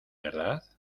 verdad